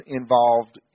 involved